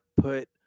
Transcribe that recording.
put